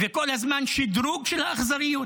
וכל הזמן שדרוג של האכזריות.